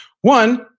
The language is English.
One